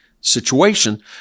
situation